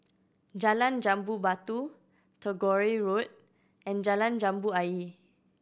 Jalan Jambu Batu Tagore Road and Jalan Jambu Ayer